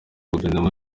guverinoma